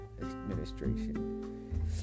administration